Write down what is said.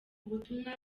butumwa